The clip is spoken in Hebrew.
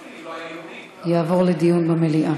יעבור לדיון במליאה.